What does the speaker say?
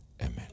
amen